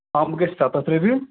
اَم گژھِ سَتَتھ رۄپیہِ